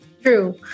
true